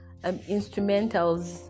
instrumentals